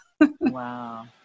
Wow